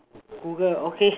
Google okay